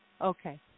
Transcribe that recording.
Okay